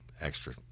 extra